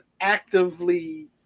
actively –